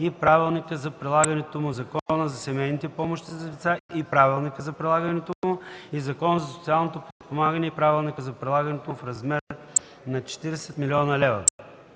и Правилника за прилагането му, Закона за семейните помощи за деца и Правилника за прилагането му и Закона за социално подпомагане и Правилника за прилагането му в размер на 40 млн. лв.”